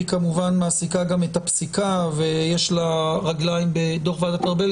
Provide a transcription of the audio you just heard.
היא כמובן מעסיקה גם את הפסיקה ויש לה רגליים בדוח ועדת ארבל,